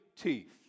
teeth